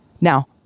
Now